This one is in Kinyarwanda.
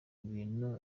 ibintu